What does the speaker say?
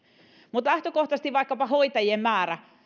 lähtökohtaisesti vaikkapa hoitajien määrä